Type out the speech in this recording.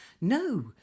No